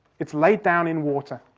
it's laid down in water.